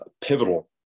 pivotal